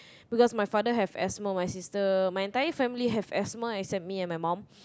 because my father have asthma my sister my entire family have asthma except me and my mum